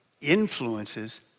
influences